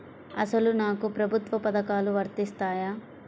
అసలు నాకు ప్రభుత్వ పథకాలు వర్తిస్తాయా?